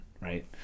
right